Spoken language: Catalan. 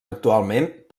actualment